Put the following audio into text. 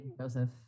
Joseph